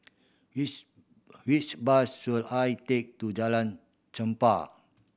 which which bus should I take to Jalan